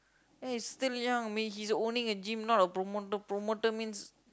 eh still young I mean he's owning a gym not a promoter promoter means